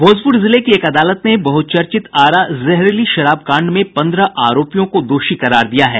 भोजपुर जिले की एक अदालत ने बहुचर्चित आरा जहरीली शराब कांड में पन्द्रह आरोपियों को दोषी करार दिया है